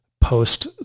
post